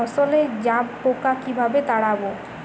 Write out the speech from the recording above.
ফসলে জাবপোকা কিভাবে তাড়াব?